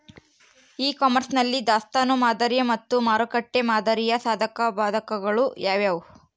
E commerce ನಲ್ಲಿ ದಾಸ್ತನು ಮಾದರಿ ಮತ್ತು ಮಾರುಕಟ್ಟೆ ಮಾದರಿಯ ಸಾಧಕಬಾಧಕಗಳು ಯಾವುವು?